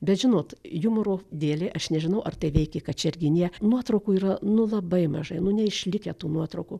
bet žinot jumoro dėlei aš nežinau ar tai veikė kačerginėje nuotraukų yra nu labai mažai nu neišlikę tų nuotraukų